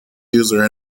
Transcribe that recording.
user